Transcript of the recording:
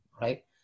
right